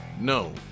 no